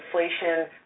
inflation